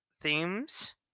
themes